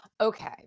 Okay